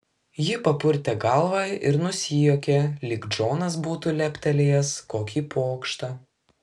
ji papurtė galvą ir nusijuokė lyg džonas būtų leptelėjęs kokį pokštą